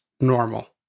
normal